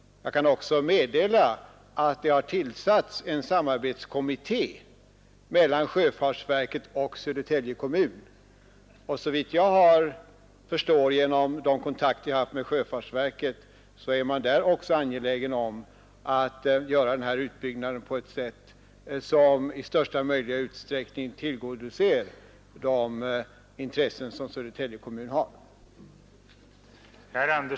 Jag kan också meddela att det har tillsatts en samarbetskommitté mellan sjöfartsverket och Södertälje kommun. Såvitt jag förstår genom de kontakter jag har haft med sjöfartsverket är man också där angelägen om att göra denna utbyggnad på ett sådant sätt som i största möjliga utsträckning tillgodoser de intressen som Södertälje kommun har.